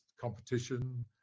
competition